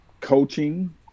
coaching